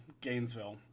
Gainesville